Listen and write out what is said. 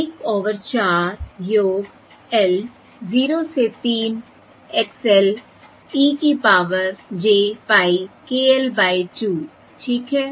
1 over 4 योग l 0 से 3 X l e की power j pie k l by 2 ठीक है